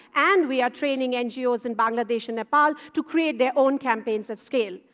and we are training ngos in bangladesh and nepal to create their own campaigns at scale.